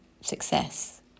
success